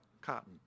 Cotton